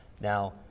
Now